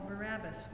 Barabbas